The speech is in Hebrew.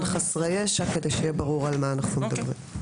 חסרי ישע כדי שיהיה ברור על מה אנחנו מדברים.